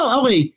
okay